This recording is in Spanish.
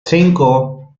cinco